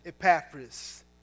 Epaphras